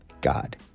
God